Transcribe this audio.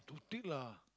thick lah